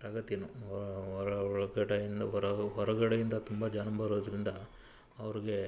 ಪ್ರಗತಿನೂ ಒಳ ಒಳಗಡೆಯಿಂದ ಹೊರ ಹೊರಗಡೆಯಿಂದ ತುಂಬ ಜನ ಬರೋದ್ರಿಂದ ಅವ್ರಿಗೆ